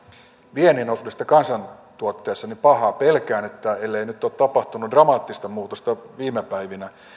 viennin osuudesta kansantuotteessa niin pahaa pelkään että ellei nyt ole tapahtunut dramaattista muutosta viime päivinä